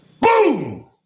Boom